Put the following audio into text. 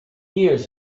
years